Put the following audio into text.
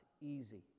easy